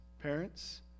parents